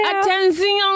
Attention